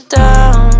down